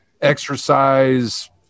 exercise